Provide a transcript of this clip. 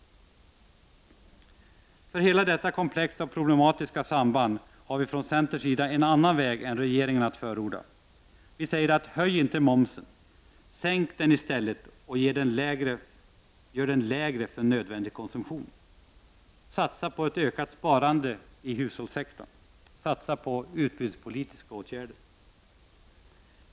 För hela detta komplex av problematiska samband har vi från centerns sida en annan väg än regeringens att förorda: Höj inte momsen. Sänk den i stället och gör den lägre för nödvändig konsumtion. Satsa på ökat sparande i hushållssektorn och satsa på utbudspolitiska åtgärder.